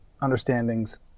understandings